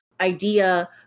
idea